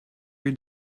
your